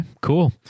cool